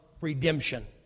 redemption